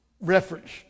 reference